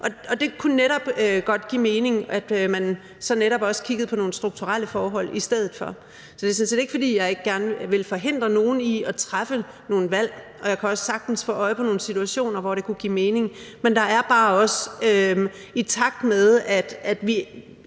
det kunne godt give mening, at man så netop også kiggede på nogle strukturelle forhold i stedet for. Så det er sådan set ikke, fordi jeg gerne vil forhindre nogen i at træffe nogle valg. Jeg kan også sagtens få øje på nogle situationer, hvor det kunne give mening. Men i takt med at vi